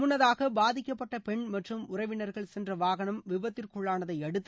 முன்னதாக பாதிக்கப்பட்ட பெண் மற்றும் உறவினர்கள் சென்ற வாகனம் விபத்திற்குள்ளானதை அடுத்து